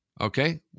Okay